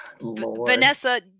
Vanessa